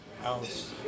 house